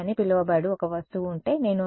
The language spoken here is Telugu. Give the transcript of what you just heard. మీ అని పిలవబడు ఒక వస్తువు ఉంటే